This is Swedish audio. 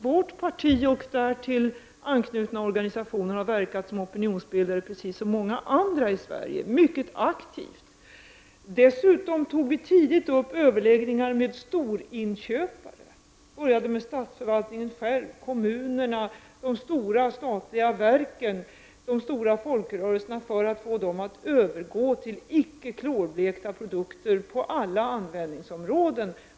Vårt parti och därtill knutna organisationer har mycket aktivt verkat som opinionsbildare, precis som många andra i Sverige. Dessutom tog vi tidigt upp överläggningar med storinköpare. Vi började med statsförvaltningen, kommunerna, de stora statliga verken och de stora folkrörelserna för att få dem att övergå till icke klorblekta produkter på alla användningsområden.